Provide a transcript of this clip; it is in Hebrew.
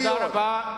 תודה רבה.